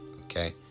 okay